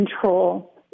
control